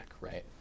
right